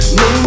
no